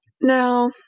Now